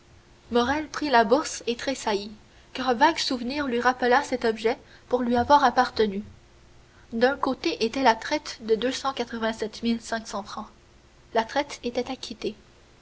morrel prit la bourse et tressaillit car un vague souvenir lui rappela cet objet pour lui avoir appartenu d'un côté était la traite de deux cent quatre-vingt-sept mille cinq cents francs la traite était acquittée